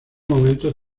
momento